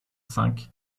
cinq